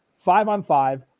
five-on-five